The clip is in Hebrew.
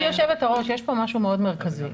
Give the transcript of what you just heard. גברתי יושבת הראש, יש פה משהו מאוד מרכזי.